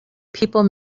people